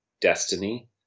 destiny